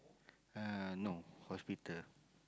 uh no hospital